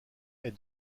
est